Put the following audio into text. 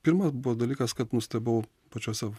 pirmas buvo dalykas kad nustebau pačiose